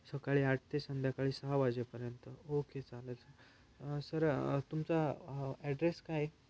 सकाळी आठ ते संध्याकाळी सहा वाजेपर्यंत ओके चालेल सर तुमचा ॲड्रेस काय आहे